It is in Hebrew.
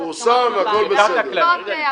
פורסם והכול בסדר.